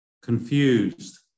confused